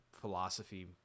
philosophy